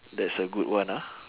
that's a good one ah